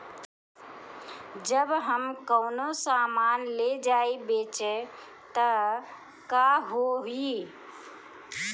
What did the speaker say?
जब हम कौनो सामान ले जाई बेचे त का होही?